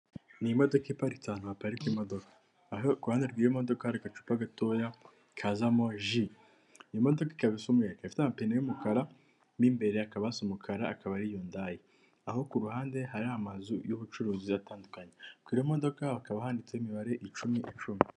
Ni imodoka iparitse ahantu haparikwa imodoka, aho ku ruhande rw'iyo modoka hari agacupa gatoya kazamo ji. Iyi modoka ikaba isa umweru, ikaba ifite amapine y'umukara, mo imbere hakaba hasa umukara akaba ari yundayi, aho ku ruhande hari amazu y'ubucuruzi atandukanye. Kuri iyo modoka hakaba handitsemo imibare icumi icumi.